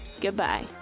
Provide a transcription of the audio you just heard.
goodbye